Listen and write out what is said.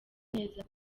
neza